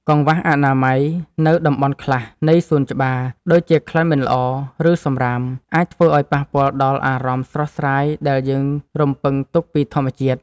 កង្វះអនាម័យនៅតំបន់ខ្លះនៃសួនច្បារ ដូចជាក្លិនមិនល្អ ឬសម្រាម អាចធ្វើឱ្យប៉ះពាល់ដល់អារម្មណ៍ស្រស់ស្រាយដែលយើងរំពឹងទុកពីធម្មជាតិ។